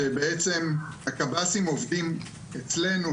שבעצם הקב"סים עובדים אצלנו,